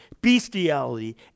bestiality